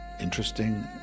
interesting